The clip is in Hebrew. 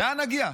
לאן נגיע?